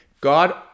God